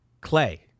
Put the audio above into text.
Clay